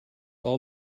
all